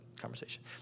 conversation